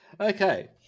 Okay